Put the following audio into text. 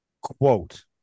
quote